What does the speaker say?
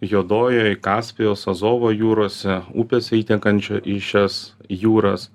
juodojoj kaspijos azovo jūrose upėse įtekančio į šias jūras